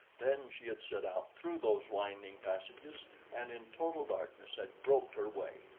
then she had set out through those winding passages and in total darkness had groped her way,